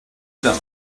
them